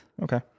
Okay